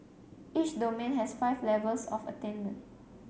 each domain has five levels of attainment